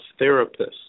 therapists